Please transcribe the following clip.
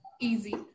easy